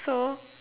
so